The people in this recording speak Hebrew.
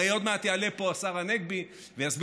הרי עוד מעט יעלה פה השר הנגבי ויסביר